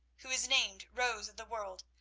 who is named rose of the world,